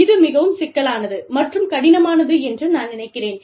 இது மிகவும் சிக்கலானது மற்றும் கடினமானது என்று நான் நினைக்கிறேன்